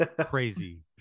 crazy